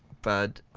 but